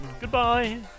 goodbye